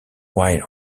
while